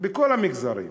בכל המגזרים,